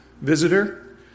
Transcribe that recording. visitor